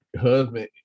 husband